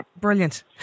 Brilliant